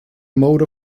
mode